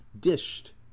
dished